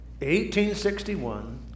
1861